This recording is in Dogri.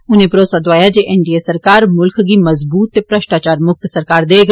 उनें भरोसा दोआया जे एनडीए सरकार मुल्ख गी मजबूत ते भ्रश्टाचार मुक्त सरकार देग